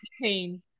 pain